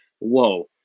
Whoa